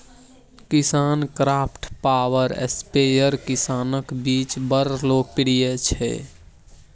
KisanKraft power sprayer किसानक बीच बड़ लोकप्रिय छै